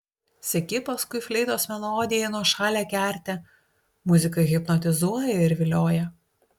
seki paskui fleitos melodiją į nuošalią kertę muzika hipnotizuoja ir vilioja